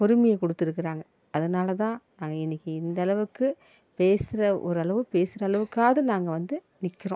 பொறுமைய கொடுத்துருக்கறாங்க அதனால தான் நாங்கள் இன்னைக்கி இந்த அளவுக்கு பேசுகிற ஒரு அளவு பேசுகிற அளவுக்காது நாங்கள் வந்து நிற்கிறோம்